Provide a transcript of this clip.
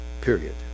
Period